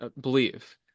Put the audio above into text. believe